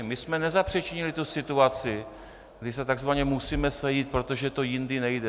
My jsme nezapříčinili tu situaci, kdy si takzvaně musíme sejít, protože to jindy nejde.